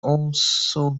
also